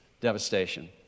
devastation